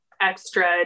extra